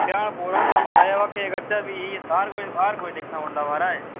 ध्यान पूरा होंदा महाराज केह् करचै फ्ही हर कोई हर कोई दिक्खना पौंदा महाराज